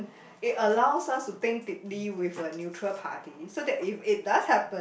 it allows us to think deeply with a neutral party so that if it does happen